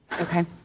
Okay